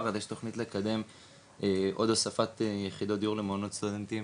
אז יש תוכנית לקדם הוספת יחידות דיור נוספים למעונות סטודנטים